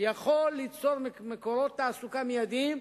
שיכול ליצור מקורות תעסוקה מיידיים,